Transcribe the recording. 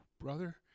brother